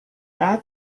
bad